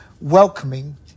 welcoming